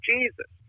Jesus